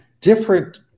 different